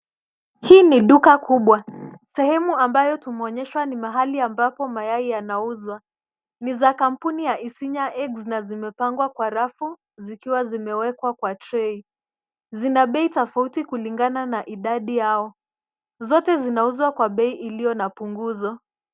Hii ni duka kubwa. Sehemu ambayo tumeonyeshwa ni mahali ambapo mayai yanauzwa. Ni za kampuni ya Isinya eggs na zimepangwa kwa rafu zikiwa zimewekwa kwa trei. Zina bei tofauti kulingana na idadi yao. Zote zinauzwa kwa bei iliyo na punguzo.